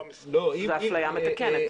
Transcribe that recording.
זאת אפליה מתקנת.